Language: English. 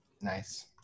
Nice